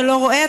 אתה לא רואה,